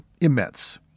immense